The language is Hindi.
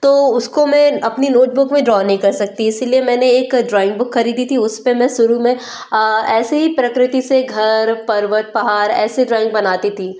तो उसको मैं अपनी नोटबुक में ड्रॉ नहीं कर सकती इसीलिए मैंने एक ड्रॉइंग बुक खरीदी थी उस पर मैं शुरु में ऐसे ही प्रकृति से घर पर्वत पहाड़ ऐसी ड्रॉइंग बनाती थी